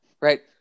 right